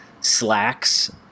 slacks